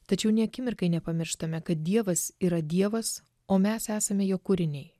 tačiau nė akimirkai nepamirštame kad dievas yra dievas o mes esame jo kūriniai